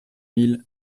mille